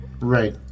Right